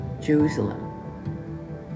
Jerusalem